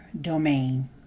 domain